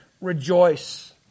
Rejoice